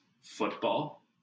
football